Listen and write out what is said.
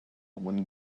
when